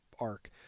arc